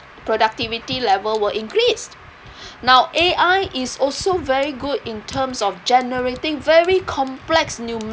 productivity level will increase now A_I is also very good in terms of generating very complex